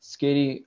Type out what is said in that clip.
Scary